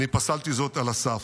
אני פסלתי זאת על הסף.